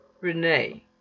Renee